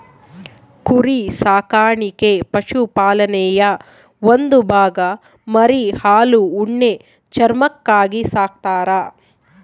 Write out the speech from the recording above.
ಕುರಿ ಸಾಕಾಣಿಕೆ ಪಶುಪಾಲನೆಯ ಒಂದು ಭಾಗ ಮರಿ ಹಾಲು ಉಣ್ಣೆ ಚರ್ಮಕ್ಕಾಗಿ ಸಾಕ್ತರ